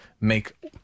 make